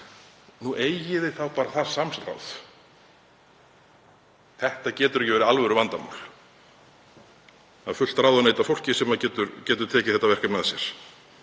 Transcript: Eigið þið þá bara það samstarf. Þetta getur ekki verið alvöruvandamál. Það er fullt ráðuneyti af fólki sem getur tekið þetta verkefni að sér.